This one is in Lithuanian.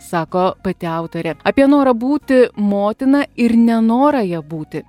sako pati autorė apie norą būti motina ir nenorą ja būti